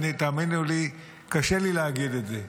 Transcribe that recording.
האמינו לי, קשה לי להגיד את זה.